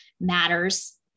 matters